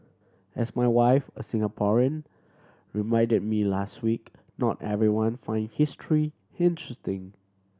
as my wife a Singaporean reminded me last week not everyone find history interesting